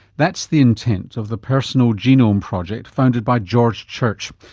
that's the intent of the personal genome project founded by george church.